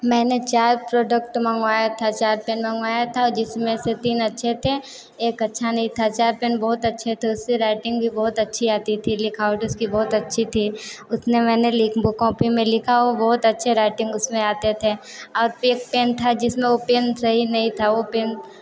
मैंने चार प्रोडक्ट मंगवाया था चार पेन मंगवाया था जिसमें से तीन अच्छे थें एक अच्छा नहीं था चार पेन बहुत अच्छे तो उससे राइटिंग भी बहुत अच्छी आती थी लिखावट उसकी बहुत अच्छी थी उसने मैंने कॉपी में लिखा वह बहुत अच्छे राइटिंग उसमें आते थे और पेन था जिसमें वह पेन सही नहीं था वह पेन